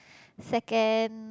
second